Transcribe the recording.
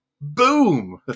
boom